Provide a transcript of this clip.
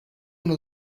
una